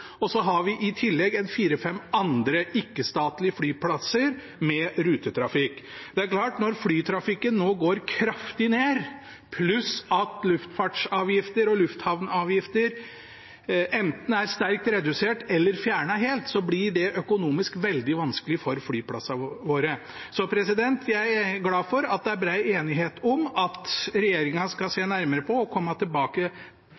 og så har vi i tillegg fire–fem andre ikke-statlige flyplasser med rutetrafikk. Det er klart at når flytrafikken nå går kraftig ned, pluss at luftfartsavgifter og lufthavnavgifter enten er sterkt redusert eller helt fjernet, blir det økonomisk veldig vanskelig for flyplassene våre. Jeg er glad for at det er bred enighet om at regjeringen skal